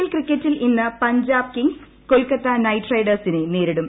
L ക്രിക്കറ്റിൽ ഇന്ന് Punjab kings Kolkata knight റൈഡേഴ്സിനെ നേരിടും